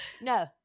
no